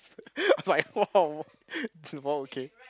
I was like !woah! is the ball okay